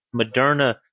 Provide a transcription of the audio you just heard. Moderna